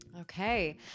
Okay